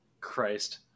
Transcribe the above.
Christ